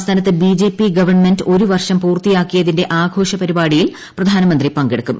സംസ്ഥാനത്ത് B J P government ഒരു വർഷം പൂർത്തിയാക്കിയതിന്റെ ആഘോഷപ്പരിപാടിയിൽ പ്രധാനമന്ത്രി പങ്കെടുക്കും